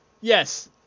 yes